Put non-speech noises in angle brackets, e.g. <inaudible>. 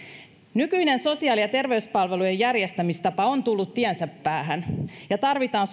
nykyinen sosiaali ja terveyspalvelujen järjestämistapa on tullut tiensä päähän ja tarvitaan <unintelligible>